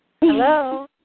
Hello